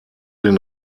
den